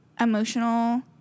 emotional